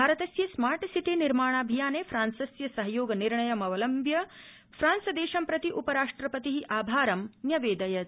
भारतस्य smart city निर्माणाभियाने फ्रांसस्य सहयोगनिर्णय मवलम्ब्य फ्रांसदेशं प्रति उपराष्ट्रपति आभारं न्यवेदयत्